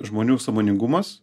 žmonių sąmoningumas